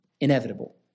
inevitable